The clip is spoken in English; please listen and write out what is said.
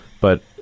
But-